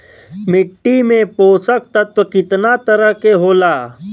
मिट्टी में पोषक तत्व कितना तरह के होला?